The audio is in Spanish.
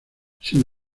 sin